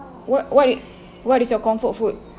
what what i~ what is your comfort food